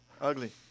Ugly